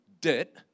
debt